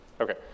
Okay